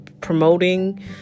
promoting